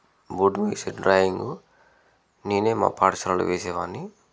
బోర్డ్ను వేసే డ్రాయింగ్ నేనే మా పాఠశాలలో వేసేవాడిని